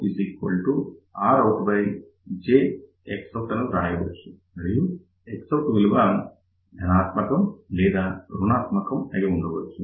ఇప్పుడు ZoutRoutjXout అని రాయవచ్చు మరియు Xout విలువ అ ధనాత్మకం లేదా రుణాత్మకం అయి ఉండొచ్చు